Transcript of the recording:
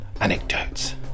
anecdotes